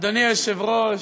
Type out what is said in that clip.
אדוני היושב-ראש,